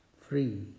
free